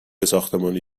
ساختمانی